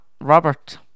Robert